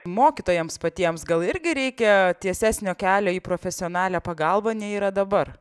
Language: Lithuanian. mokytojams patiems gal irgi reikia tiesesnio kelio į profesionalią pagalbą nei yra dabar